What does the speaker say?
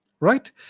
Right